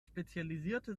spezialisierte